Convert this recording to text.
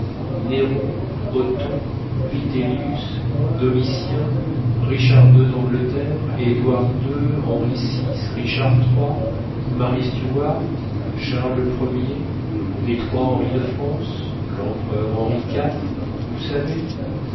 néron othon vitellius domitien richard ii d'angleterre édouard ii henri vi richard iii marie stuart charles ier les trois henri de france l'empereur henri iv vous savez